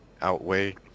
outweigh